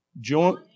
joint